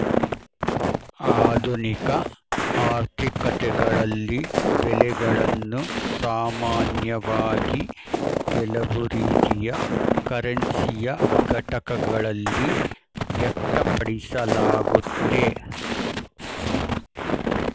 ಆಧುನಿಕ ಆರ್ಥಿಕತೆಗಳಲ್ಲಿ ಬೆಲೆಗಳನ್ನು ಸಾಮಾನ್ಯವಾಗಿ ಕೆಲವು ರೀತಿಯ ಕರೆನ್ಸಿಯ ಘಟಕಗಳಲ್ಲಿ ವ್ಯಕ್ತಪಡಿಸಲಾಗುತ್ತೆ